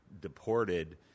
deported